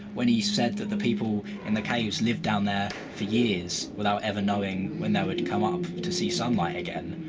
when he said that the people in the caves lived down there for years, without ever knowing when they would come up to see sunlight again,